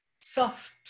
soft